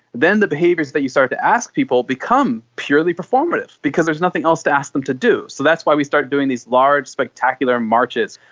then the behaviours that you start to ask of people become purely performative because there's nothing else to ask them to do. so that's why we start doing these large spectacular marches,